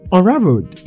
Unraveled